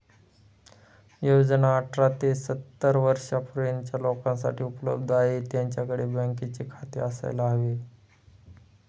योजना अठरा ते सत्तर वर्षा पर्यंतच्या लोकांसाठी उपलब्ध आहे, त्यांच्याकडे बँकेचे खाते असायला हवे